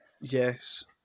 yes